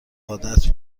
عادت